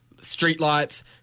streetlights